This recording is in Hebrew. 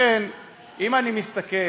אם אני מסתכל